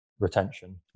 retention